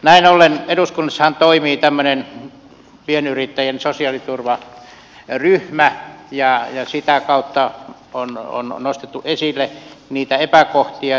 näin ollen eduskunnassahan toimii tämmöinen pienyrittäjien sosiaaliturvaryhmä ja sitä kautta on nostettu esille niitä epäkohtia